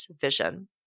vision